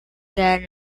can